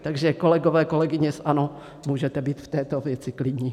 Takže kolegové, kolegyně z ANO, můžete být v této věci klidní.